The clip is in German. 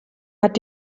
hat